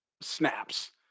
snaps